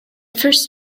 first